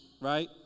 right